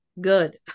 good